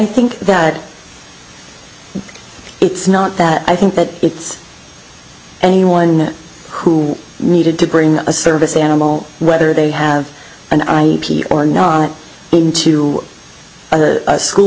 think that it's not that i think that it's anyone who needed to bring a service animal rather they have an ip or not into a school